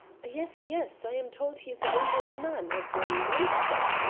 yes, yes! i am told he is a dangerous man, a very monster.